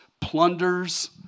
plunders